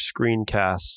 screencasts